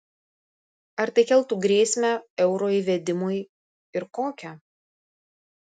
ar tai keltų grėsmę euro įvedimui ir kokią